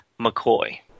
McCoy